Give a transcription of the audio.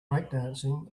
breakdancing